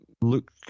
Look